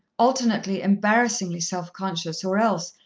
alternately embarrassingly self-conscious, or else,